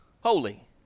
holy